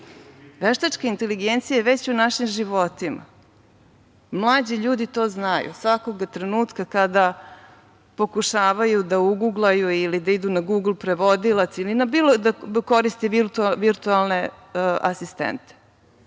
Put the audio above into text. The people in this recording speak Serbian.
inteligencija je već u našim života. Mlađi ljudi to znaju. Svakog trenutka kada pokušavaju da guglaju ili da idu na gugl prevodilac, da koriste virtuelne asistente.